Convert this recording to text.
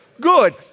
good